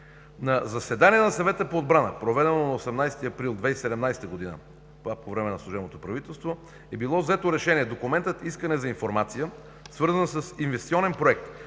На заседание на Съвета по отбрана, проведено на 18 април 2017 г., по време на служебното правителство, е било взето решение документът „Искане за информация“, свързан с инвестиционен проект